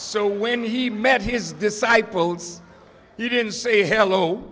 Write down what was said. so when he met his disciples he didn't say hello